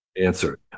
answer